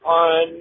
on